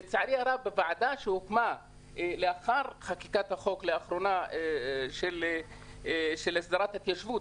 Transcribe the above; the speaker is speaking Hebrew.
לצערי הרב הוועדה שהוקמה לאחר חקיקת החוק לאחרונה של הסדרת ההתיישבות,